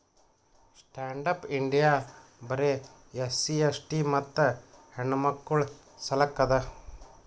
stand up India ಬರೆ SC ST ಮತ್ತ ಹೆಣ್ಣಮಕ್ಕುಳ ಸಲಕ್ ಅದ